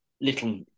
little